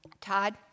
Todd